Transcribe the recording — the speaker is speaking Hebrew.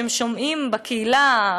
שהם שומעים בקהילה,